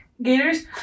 Gators